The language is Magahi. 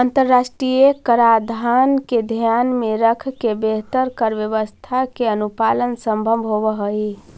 अंतरराष्ट्रीय कराधान के ध्यान में रखके बेहतर कर व्यवस्था के अनुपालन संभव होवऽ हई